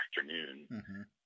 afternoon